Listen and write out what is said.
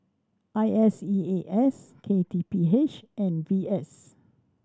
I S E A S K T P H and V S